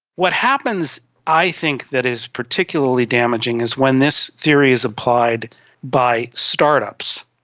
what happens i think that is particularly damaging is when this theory is applied by start-ups.